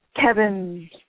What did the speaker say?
Kevin